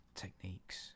Techniques